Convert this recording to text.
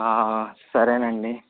సరే అండి